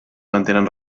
mantenen